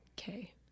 Okay